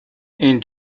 این